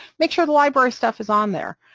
make sure the library stuff is on there,